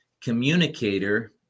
communicator